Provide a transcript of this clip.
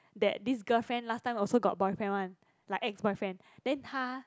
that this girlfriend last time also got boyfriend one like ex boyfriend then 她